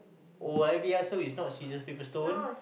oh-yah-peh-yah-som so is not scissors paper stone